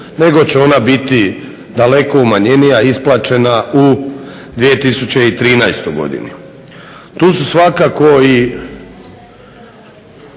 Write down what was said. nego će ona biti daleko umanjenija, isplaćena u 2013. godini. Tu su svakako i